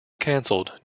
cancelled